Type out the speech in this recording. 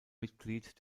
mitglied